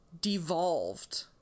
devolved